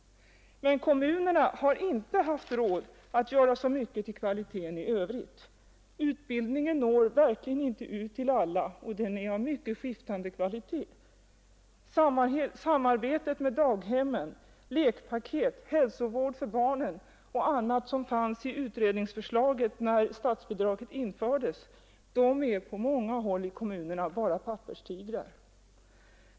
Men kommunerna har inte haft råd att göra så mycket åt kvaliteten i övrigt. Utbildningen når inte ut till alla dagbarnvårdare, och den är av mycket skiftande kvalitet. Samarbetet med daghemmen, lekpaket, hälsovård för barnen och annat som fanns i utredningsförslaget när statsbidraget infördes är på många håll i kommunerna bara papperstigrar.